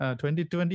2020